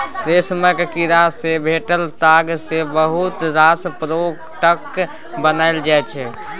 रेशमक कीड़ा सँ भेटल ताग सँ बहुत रास प्रोडक्ट बनाएल जाइ छै